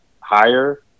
higher